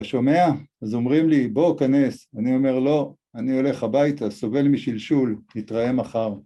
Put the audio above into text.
‫אתה שומע? אז אומרים לי, ‫בוא, כנס. ‫אני אומר, לא, אני הולך הביתה, ‫סובל משלשול, נתראה מחר.